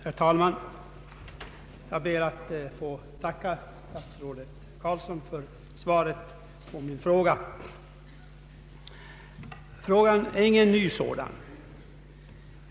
Herr talman! Jag tackar herr statsrådet för svaret på min fråga. Det är ingen ny fråga.